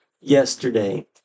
yesterday